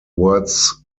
words